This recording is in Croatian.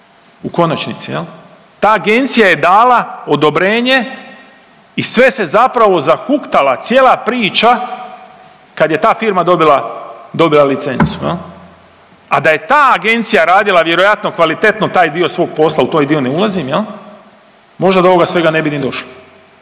u konačnici. Ta agencija je dala odobrenje i sve se zapravo zahuktala cijela priča kad je ta firma dobila licencu, a da je ta agencija radila, vjerojatno kvalitetno taj dio svog posla, u taj dio ne ulazim, je li, možda do ovoga svega ne bi ni došlo.